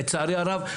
לצערי הרב,